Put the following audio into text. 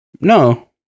No